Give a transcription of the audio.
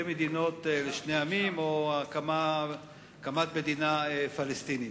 מדינות לשני עמים" או "הקמת מדינה פלסטינית".